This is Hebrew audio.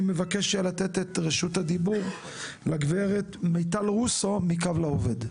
אני מבקש לתת את רשות הדיבור לגברת מיטל רוסו מקו לעובד.